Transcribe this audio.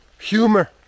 humor